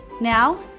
Now